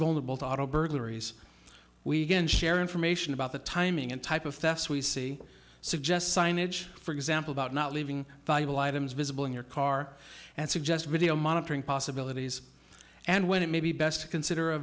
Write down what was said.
vulnerable to auto burglaries we can share information about the timing and type of thefts we see suggest signage for example about not leaving valuable items visible in your car and suggest video monitoring possibilities and when it may be best to consider a